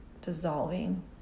dissolving